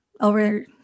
over